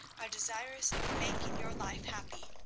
are desirous of making your life happy.